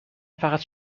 فقط